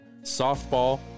softball